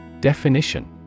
Definition